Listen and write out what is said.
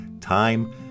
time